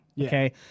okay